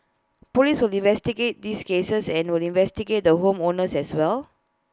Police will investigate these cases and we'll investigate the home owners as well